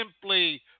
simply